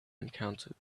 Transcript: encountered